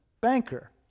banker